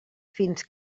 fins